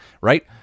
right